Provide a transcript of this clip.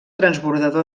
transbordador